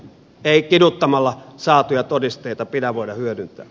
ei kiduttamalla saatuja todisteita pidä voida hyödyntää